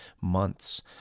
months